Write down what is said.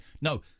no